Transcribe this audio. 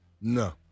No